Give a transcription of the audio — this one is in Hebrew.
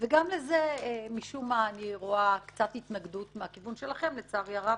וגם לזה משום מה אני רואה קצת התנגדות מהכיוון שלכם לצערי הרב.